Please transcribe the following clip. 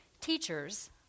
Teachers